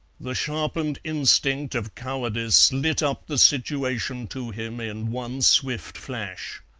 the sharpened instinct of cowardice lit up the situation to him in one swift flash.